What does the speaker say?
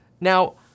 Now